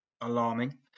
alarming